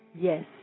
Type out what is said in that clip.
Yes